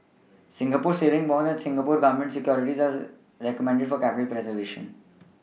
Singapore savings bonds and Singapore Government Securities are recommended for capital preservation